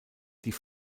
die